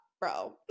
bro